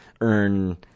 earn